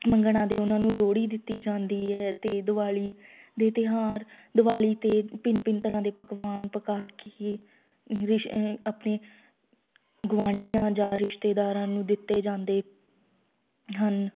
ਮੰਗਣ ਆਉਂਦੇ ਉਹਨਾਂ ਨੂੰ ਲੋਹੜੀ ਦਿੱਤੀ ਜਾਂਦੀ ਹੈ ਅਤੇ ਦਿਵਾਲੀ ਦੇ ਤਿਉਹਾਰ ਦਿਵਾਲੀ 'ਤੇ ਭਿੰਨ ਭਿੰਨ ਤਰ੍ਹਾਂ ਦੇ ਪਕਵਾਨ ਪਕਾ ਕੇ ਰਿਸ਼ ਆਪਣੇ ਗੁਆਂਡੀਆਂ ਜਾਂ ਰਿਸ਼ਤੇਦਾਰਾਂ ਨੂੰ ਦਿੱਤੇ ਜਾਂਦੇ ਹਨ